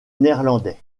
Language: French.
néerlandais